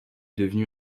devenue